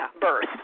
birth